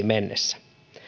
mennessä